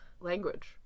language